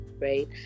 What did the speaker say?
right